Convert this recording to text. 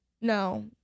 No